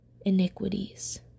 iniquities